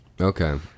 okay